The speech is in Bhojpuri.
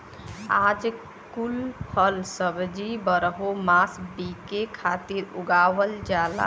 आजकल कुल फल सब्जी बारहो मास बिके खातिर उगावल जाला